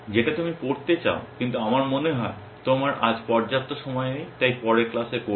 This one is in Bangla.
যেটা তুমি পড়তে চাও কিন্তু আমার মনে হয় তোমার আজ পর্যাপ্ত সময় নেই তাই পরের ক্লাসে করব